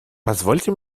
позвольте